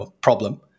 problem